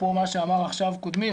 אפרופו מה שאמר עכשיו קודמי,